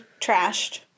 trashed